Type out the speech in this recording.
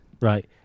Right